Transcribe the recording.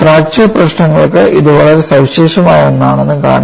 fracture പ്രശ്നങ്ങൾക്ക് ഇത് വളരെ സവിശേഷമായ ഒന്നാണെന്ന് കാണുക